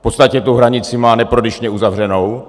V podstatě tu hranici má neprodyšně uzavřenou.